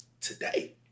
today